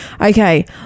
Okay